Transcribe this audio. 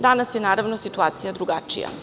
Danas je naravno situacija drugačija.